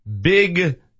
Big